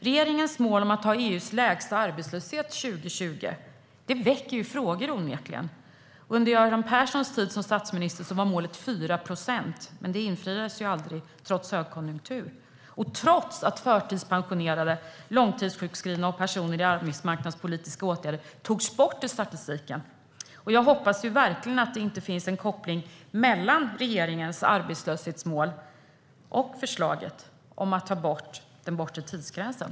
Regeringens mål att ha EU:s lägsta arbetslöshet 2020 väcker onekligen frågor. Under Göran Perssons tid som statsminister var målet 4 procent. Det infriades aldrig, trots högkonjunktur och trots att förtidspensionerade, långtidssjukskrivna och personer i arbetsmarknadspolitiska åtgärder togs bort ur statistiken. Jag hoppas verkligen att det inte finns någon koppling mellan regeringens arbetslöshetsmål och förslaget om att ta bort den bortre tidsgränsen.